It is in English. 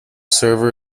server